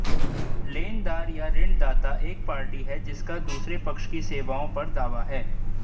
लेनदार या ऋणदाता एक पार्टी है जिसका दूसरे पक्ष की सेवाओं पर दावा है